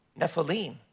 Nephilim